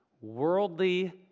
worldly